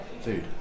food